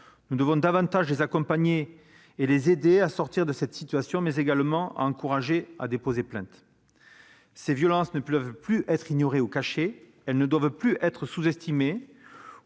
Nous devons davantage les accompagner et les aider à sortir de cette situation, mais également les encourager à déposer plainte. Ces violences ne peuvent plus être ignorées ou cachées. Elles ne doivent plus être sous-estimées